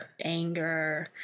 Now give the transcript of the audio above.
anger